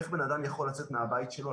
איך בן אדם יכול לצאת מהבית שלו,